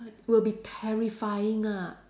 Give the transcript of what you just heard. will be terrifying lah